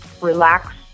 relax